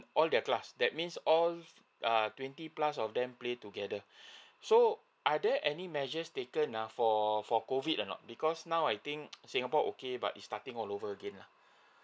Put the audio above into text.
all their class that means all err twenty plus of them play together so are there any measures taken uh for for COVID or not because now I think singapore okay but it's starting all over again uh